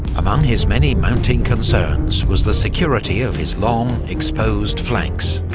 among his many mounting concerns was the security of his long, exposed flanks.